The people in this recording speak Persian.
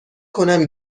کنم